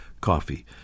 coffee